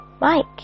Mike